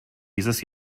dieses